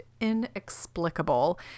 inexplicable